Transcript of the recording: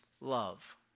love